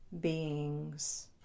beings